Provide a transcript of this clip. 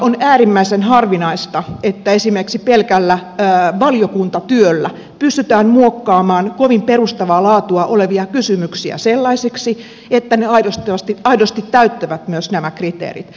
on äärimmäisen harvinaista että esimerkiksi pelkällä valiokuntatyöllä pystytään muokkaamaan kovin perustavaa laatua olevia kysymyksiä sellaisiksi että ne aidosti täyttävät myös nämä kriteerit